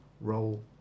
roll